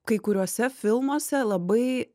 kai kuriuose filmuose labai